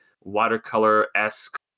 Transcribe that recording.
watercolor-esque